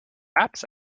perhaps